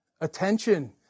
Attention